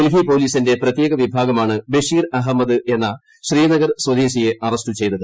ഡൽഹി പോലീസിന്റെ പ്രത്യേക വിഭാഗമാണ് ബഷീർ അഹമ്മദ് എന്ന ശ്രീനഗർ സ്വദേശിയെ അറസ്റ്റ് ചെയ്തത്